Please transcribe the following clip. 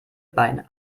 bein